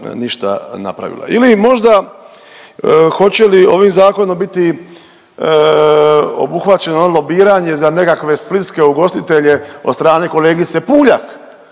Ili možda hoće li ovim zakonom biti obuhvaćeno lobiranje za nekakve splitske ugostitelje od strane kolegice Puljak.